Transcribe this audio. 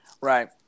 right